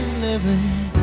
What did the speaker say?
living